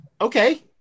Okay